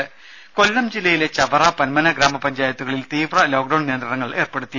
ദേദ കൊല്ലംജില്ലയിലെ ചവറ പന്മന ഗ്രാമപഞ്ചായത്തുകളിൽ തീവ്ര ലോക്ഡൌൺ നിയന്ത്രണങ്ങൾ ഏർപ്പെടുത്തി